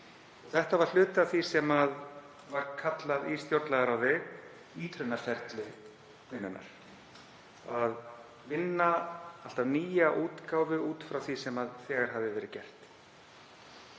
Þetta var hluti af því sem var kallað í stjórnlagaráði ítrunarferli vinnunnar. Að vinna alltaf nýja útgáfu út frá því sem þegar hafði verið gert.